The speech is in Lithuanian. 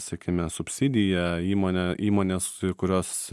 sakime subsidiją įmonę įmonės kurios